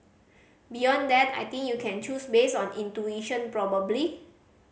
beyond that I think you can choose based on intuition probably